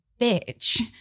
bitch